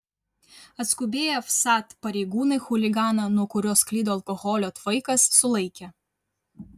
atskubėję vsat pareigūnai chuliganą nuo kurio sklido alkoholio tvaikas sulaikė